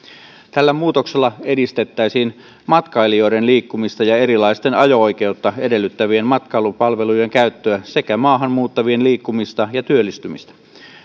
tällä muutoksella edistettäisiin matkailijoiden liikkumista ja erilaisten ajo oikeutta edellyttävien matkailupalvelujen käyttöä sekä maahan muuttavien liikkumista ja työllistymistä